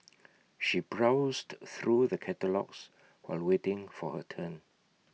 she browsed through the catalogues while waiting for her turn